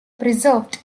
preserved